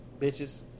bitches